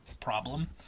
problem